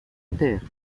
terre